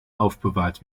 aufbewahrt